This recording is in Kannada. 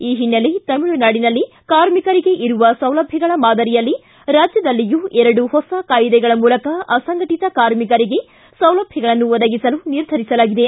ಈ ಹಿನ್ನೆಲೆ ತಮಿಳುನಾಡಿನಲ್ಲಿ ಕಾರ್ಮಿಕರಿಗೆ ಇರುವ ಸೌಲಭ್ವಗಳ ಮಾದರಿಯಲ್ಲಿ ರಾಜ್ಯದಲ್ಲಿಯೂ ಎರಡು ಹೊಸ ಕಾಯಿದೆಗಳ ಮೂಲಕ ಅಸಂಘಟತ ಕಾರ್ಮಿಕರಿಗೆ ಸೌಲಭ್ಯಗಳನ್ನು ಒದಗಿಸಲು ನಿರ್ಧರಿಸಲಾಗಿದೆ